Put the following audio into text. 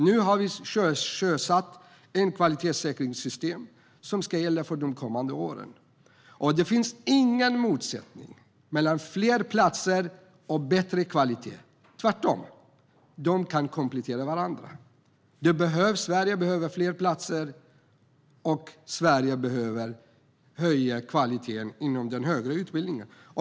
Nu har vi sjösatt ett kvalitetssäkringssystem som ska gälla för de kommande åren, och det finns ingen motsättning mellan fler platser och bättre kvalitet. Tvärtom kan de komplettera varandra. Sverige behöver fler platser, och Sverige behöver höja kvaliteten inom den högre utbildningen.